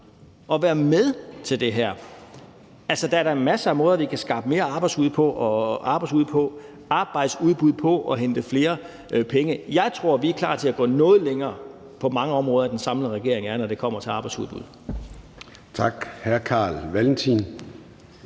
og være med til det her. Der er da masser af måder, vi kan skaffe et større arbejdsudbud og hente flere penge på. Jeg tror, vi er klar til at gå noget længere på mange områder, end den samlede regering er, når det kommer til arbejdsudbud.